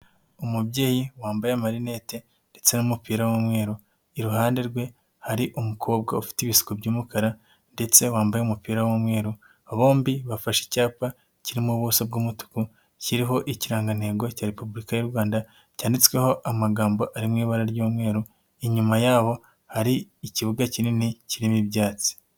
Umubyeyi wambaye amarinete ndetse n'umupira w'umweru. Iruhande rwe hari umukobwa ufite ibisuko by'umukara ndetse wambaye umupira w'umweru. Bombi bafashe icyapa kirimo ubuso bw'umutuku, kiriho ikirangantego cya Repubulika y'u Rwanda, cyanditsweho amagambo ari mu ibara ry'umweru. Inyuma yabo hari ikibuga kinini kirimo ibyatsi.